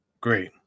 Great